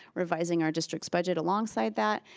revising our districts budget alongside that,